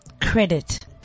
credit